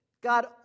God